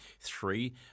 three